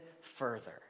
further